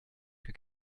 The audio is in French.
que